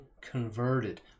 converted